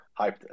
hyped